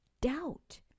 doubt